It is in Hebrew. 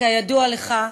כידוע לך,